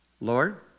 Lord